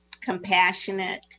compassionate